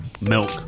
milk